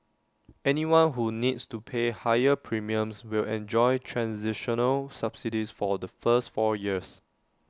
anyone who needs to pay higher premiums will enjoy transitional subsidies for the first four years